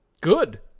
Good